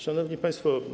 Szanowni Państwo!